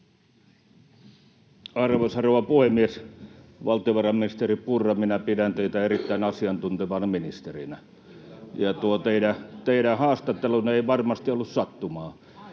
Arvoisa rouva puhemies! Valtiovarainministeri Purra, minä pidän teitä erittäin asiantuntevana ministerinä, [Perussuomalaisten ryhmästä: Hyvä!] ja tuo teidän haastattelunne ei varmasti ollut sattumaa.